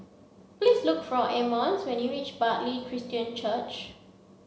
please look for Emmons when you reach Bartley Christian Church